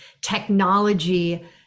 technology